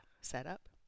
setup